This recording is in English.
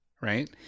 right